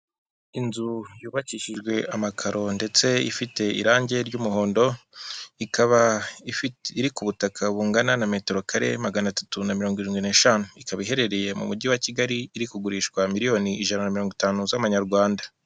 Inzu yubakishijwe amakaro ndetse ifite irangi ry'umuhondo, ikaba iri ku butaka bungana na metero kare magana atatu na mirongo irindwi n'eshanu, ikaba iherereye mu mujyi wa Kigali iri kugurishwa miliyoni ijana mirongo itanu z'amanyarwanda.